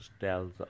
tells